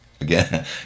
again